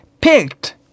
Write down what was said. picked